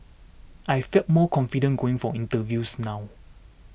I feel more confident going for interviews now